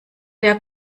der